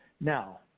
Now